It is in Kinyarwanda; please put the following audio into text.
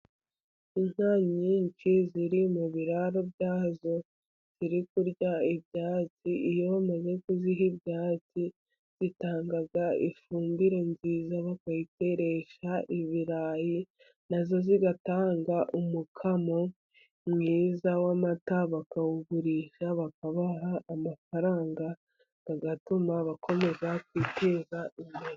Inka nyinshi ziri mu biraro byazo ziri kuryaibyatsi. Iyo zimaze guhaga zitanga ifumbire nziza bakayiteresha ibirayi, nazo zigatanga umukamo mwiza w'amata bakawugurisha bakabaha amafaranga, bigatuma bakomeza kwiteza imbere.